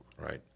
Right